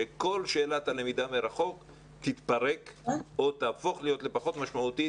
שכל שאלת הלמידה מרחוק תתפרק או תהפוך להיות פחות משמעותית